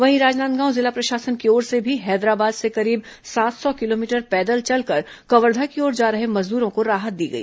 वहीं राजनांदगांव जिला प्रशासन की ओर से भी हैदराबाद से करीब सात सौ किलोमीटर पैदल चलकर कवर्धा की ओर जा रहे मजदूरों को राहत दी गई